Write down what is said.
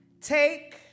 Take